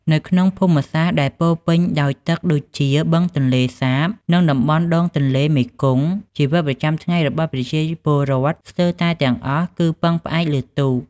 នៅក្នុងភូមិសាស្រ្តដែលពោរពេញដោយទឹកដូចជាបឹងទន្លេសាប និងតំបន់ដងទន្លេមេគង្គ ជីវិតប្រចាំថ្ងៃរបស់ប្រជាពលរដ្ឋស្ទើរតែទាំងអស់គឺពឹងផ្អែកលើទូក។